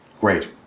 Great